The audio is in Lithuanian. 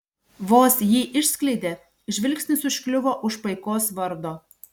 vos jį išskleidė žvilgsnis užkliuvo už paikos vardo